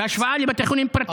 בהשוואה לבתי חולים פרטיים.